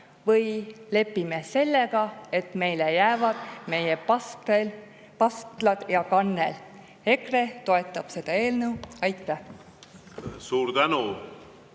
või lepime sellega, et meile jäävad meie pastlad ja kannel. EKRE toetab seda eelnõu. Aitäh!